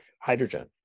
hydrogen